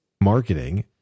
marketing